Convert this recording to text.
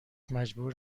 مجبور